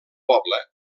poble